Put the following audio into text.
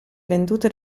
vendute